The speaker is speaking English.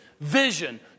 vision